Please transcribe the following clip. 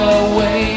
away